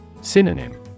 Synonym